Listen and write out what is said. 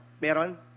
Meron